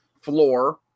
floor